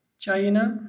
China